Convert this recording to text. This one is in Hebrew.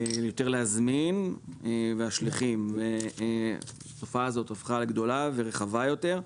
להזמין יותר לביתם ותופעת השליחים הפכה לגדולה ורחבה יותר.